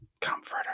Comforter